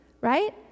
right